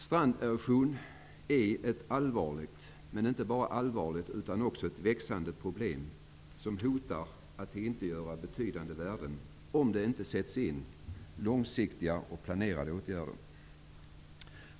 Stranderosion är ett allvarligt och växande problem, som hotar att tillintetgöra betydande värden om det inte sätts in långsiktiga och planerade åtgärder.